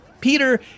Peter